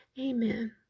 Amen